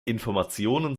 informationen